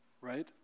Right